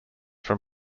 from